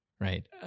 right